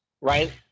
Right